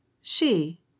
She